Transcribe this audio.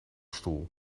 stoel